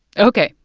ok.